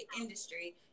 industry